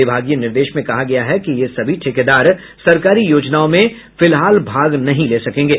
विभागीय निर्देश में कहा गया है कि ये सभी ठेकेदार सरकारी योजनाओं में फिलहाल भाग नहीं ले सकेंगे